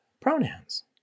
pronouns